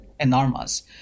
Enormous